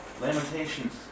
Lamentations